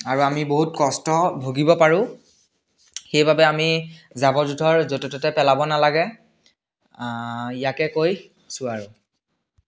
আৰু আমি বহুত কষ্ট ভুগিব পাৰোঁ সেইবাবে আমি জাবৰ জোঁথৰ য'তে ত'তে পেলাব নালাগে ইয়াকে কৈছোঁ আৰু